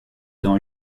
dans